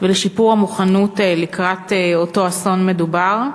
ולשיפור המוכנות לקראת אותו אסון מדובר?